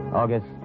August